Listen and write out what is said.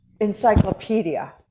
encyclopedia